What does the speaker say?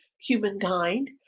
humankind